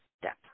step